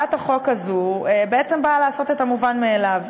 הצעת החוק הזאת בעצם באה לעשות את המובן מאליו,